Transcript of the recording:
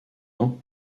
ans